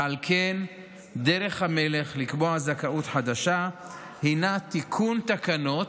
ועל כן דרך המלך לקבוע זכאות חדשה הינה תיקון תקנות,